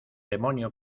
demonio